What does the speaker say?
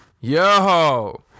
Yo